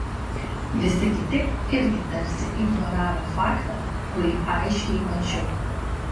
visi kiti irgi tarsi ignoravo faktą kurį aiškiai mačiau